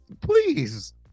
please